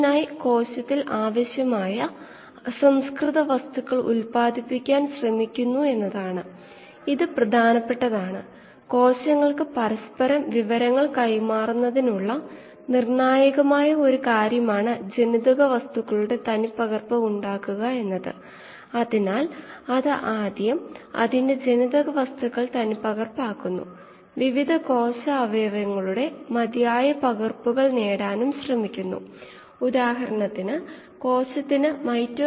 ഇൻപുട്ടിൽ തുടർച്ചയായി ഒരു സ്ട്രീമും ഉണ്ട് ഫീഡ് നിരക്ക് ഇൻലെറ്റിലെ ഓരോ സമയത്തും വോള്യൂമെട്രിക് ഫീഡ് റേറ്റ് വ്യാപ്തം Fi ഫീഡിലെ സബ്സ്ട്രേറ്റ് സാന്ദ്രത S i ഫീഡിലെ കോശ സാന്ദ്രത xi ആണ് എന്ന് നമുക്ക് എടുക്കാം